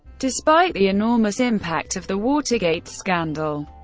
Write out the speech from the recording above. despite the enormous impact of the watergate scandal,